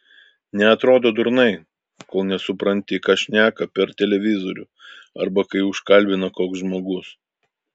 neatrodo durnai kol nesupranti ką šneka per televizorių arba kai užkalbina koks žmogus